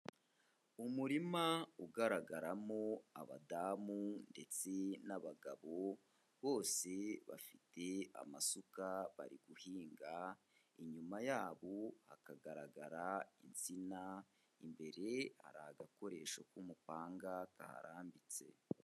Umurima ugaragaramo abadamu ndetse n'abagabo, bose bafite amasuka bari guhinga, inyuma yabo hakagaragara insina, imbere hari agakoresho k'umupanga kaharambitse.